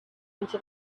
into